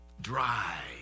Dry